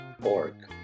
org